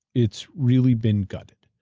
it's really been gutted.